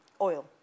oil